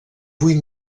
vuit